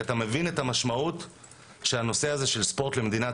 אתה מבין את המשמעות של נושא הספורט למדינת